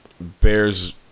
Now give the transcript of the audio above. Bears